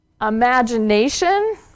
Imagination